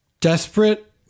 Desperate